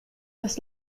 das